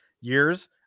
years